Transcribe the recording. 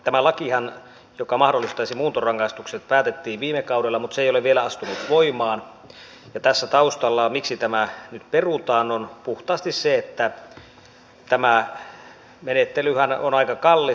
tämä lakihan joka mahdollistaisi muuntorangaistukset päätettiin viime kaudella mutta se ei ole vielä astunut voimaan ja tässä taustalla miksi tämä nyt perutaan on puhtaasti se että tämä menettelyhän on aika kallis